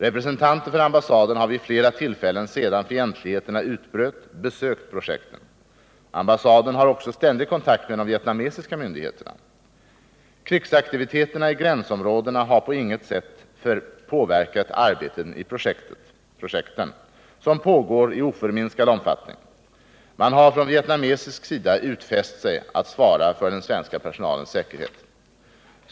Representanter för ambassaden har vid flera tillfällen sedan fientligheterna utbröt besökt projekten. Ambassaden har också ständig kontakt med de vietnamesiska myndigheterna. Krigsaktiviteterna i gränsområdena har på inget sätt påverkat arbetet i projekten, som pågår i oförminskad omfattning. Man har från vietnamesisk sida utfäst sig att svara för den svenska personalens säkerhet.